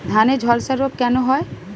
ধানে ঝলসা রোগ কেন হয়?